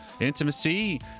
intimacy